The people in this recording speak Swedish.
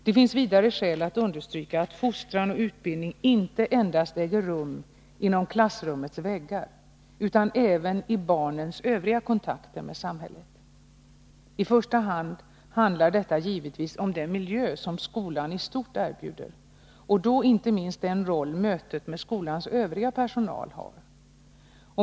Det finns vidare skäl att understryka att fostran och utbildning inte endast äger rum inom klassrummets väggar, utan även i barnens övriga kontakter med samhället. I första hand handlar detta givetvis om den miljö som skolan i stort erbjuder, och då inte minst den roll mötet med skolans övriga personal har.